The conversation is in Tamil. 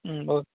ம் ஓக்